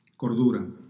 Cordura